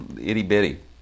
itty-bitty